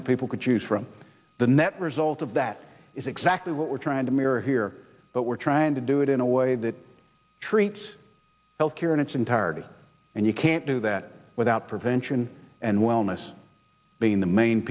that people could choose from the net result of that is exactly what we're trying to mirror here but we're trying to do it in a way that treats health care in its entirety and you can't do that without prevention and wellness being the main